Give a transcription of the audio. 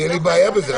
אין לי בעיה בזה,